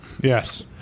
Yes